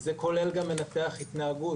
זה כולל גם מנתח התנהגות